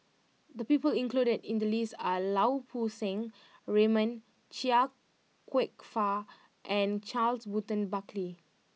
the people included in the list are Lau Poo Seng Raymond Chia Kwek Fah and Charles Burton Buckley